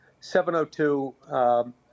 702